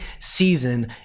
season